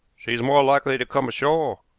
she's more likely to come ashore,